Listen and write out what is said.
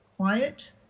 quiet